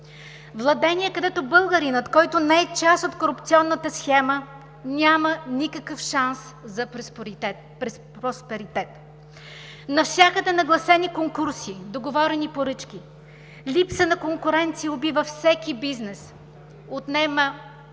Владения, където българинът, който не е част от корупционната схема, няма никакъв шанс за просперитет. Навсякъде нагласени конкурси, договорени поръчки. Липса на конкуренция убива всеки бизнес, отнема